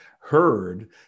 heard